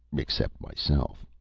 except myself.